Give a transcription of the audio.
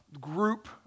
group